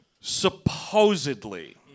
supposedly